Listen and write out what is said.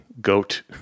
goat